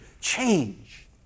change